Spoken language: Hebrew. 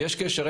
יש קשר,